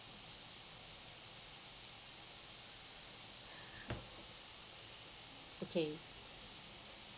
okay